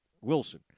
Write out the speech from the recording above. Wilson